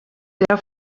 der